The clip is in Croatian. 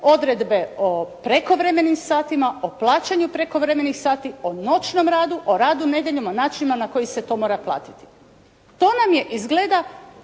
odredbe o prekovremenim satima, o plaćanju prekovremenih sati, o noćnom radu, o radu nedjeljom, o načinima na koje se to mora platiti. To nam je izgleda